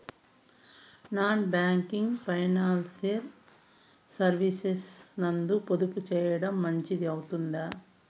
Non banking financial services నందు పొదుపు సేయడం మంచిది అవుతుందా?